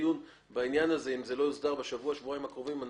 לא יוסדר בשבוע-שבועיים הקרובים,